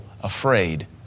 afraid